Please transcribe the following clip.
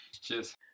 Cheers